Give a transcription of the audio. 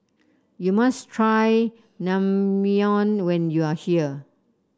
you must try Naengmyeon when you are here